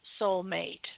soulmate